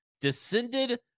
descended